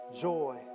joy